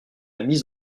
mise